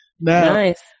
Nice